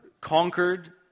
conquered